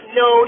no